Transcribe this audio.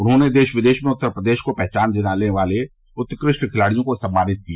उन्होंने देश विदेश में उत्तर प्रदेश को पहचान दिलाने वाले उत्कृष्ट खिलाड़ियों को सम्मानित किया